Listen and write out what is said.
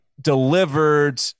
delivered